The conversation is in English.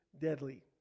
deadly